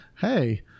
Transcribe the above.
hey